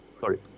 sorry